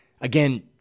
again